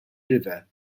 river